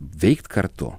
veikt kartu